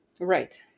Right